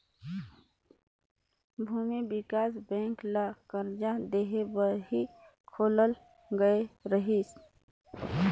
भूमि बिकास बेंक ल करजा देहे बर ही खोलल गये रहीस